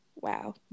Wow